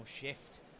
shift